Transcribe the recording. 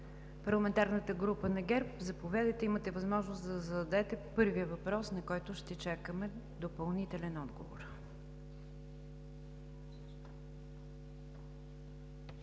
Парламентарната група на ГЕРБ – заповядайте. Имате възможност да зададете първия въпрос, на който ще чакаме допълнителен отговор.